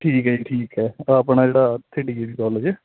ਠੀਕ ਹੈ ਜੀ ਠੀਕ ਹੈ ਆਪਣਾ ਜਿਹੜਾ ਡੀ ਏ ਵੀ ਕਾਲਜ